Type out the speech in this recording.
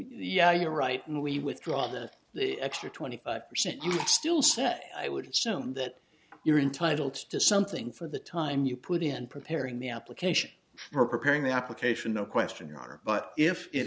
yeah you're right and we withdraw that the extra twenty five percent you still say i would assume that you're entitled to something for the time you put in preparing the application for preparing the application no question you are but if i